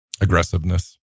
aggressiveness